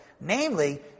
namely